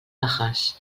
bajas